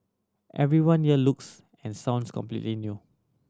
everyone here looks and sounds completely new